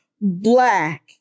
black